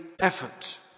effort